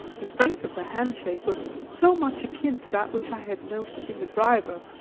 the strength of the handshake was so much akin to that which i had noticed in the driver,